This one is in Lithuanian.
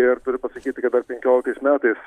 ir turiu pasakyti kad tais penkliotiktais metais